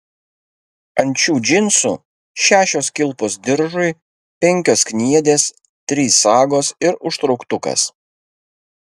ant šių džinsų šešios kilpos diržui penkios kniedės trys sagos ir užtrauktukas